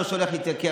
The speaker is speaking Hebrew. רמאי, נוכל.